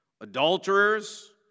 adulterers